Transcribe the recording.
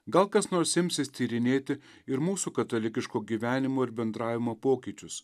gal kas nors imsis tyrinėti ir mūsų katalikiško gyvenimo ir bendravimo pokyčius